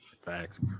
Facts